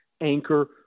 anchor